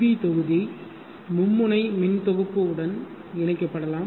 we தொகுதி மும்முனை மின் தொகுப்பு உடன் இணைக்கப்படலாம்